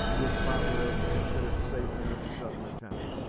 to a spot where it was considered safe from any sudden attempt.